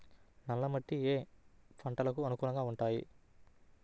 నల్ల మట్టి ఏ ఏ పంటలకు అనుకూలంగా ఉంటాయి?